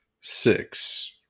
six